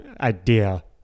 Idea